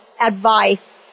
advice